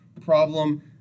problem